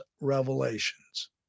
revelations